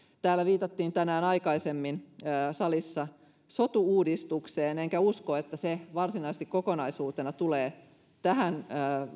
täällä salissa viitattiin tänään aikaisemmin sotu uudistukseen enkä usko että se varsinaisesti kokonaisuutena tulee ehtimään tähän